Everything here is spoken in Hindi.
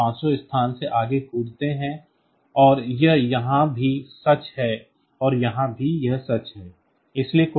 तो आप 500 स्थानों से आगे कूदते हैं और यह यहाँ भी सच है और यहाँ भी यह सच है